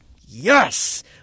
yes